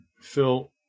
Phil